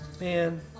man